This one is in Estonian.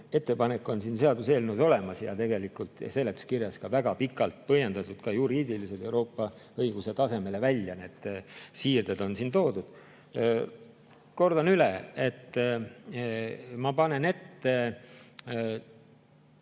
ettepanek on siin seaduseelnõus olemas ja seletuskirjas väga pikalt põhjendatud juriidiliselt Euroopa õiguse tasemeni välja. Siirded on siin toodud. Kordan üle, et ma panen ette